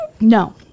No